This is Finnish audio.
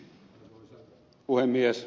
arvoisa puhemies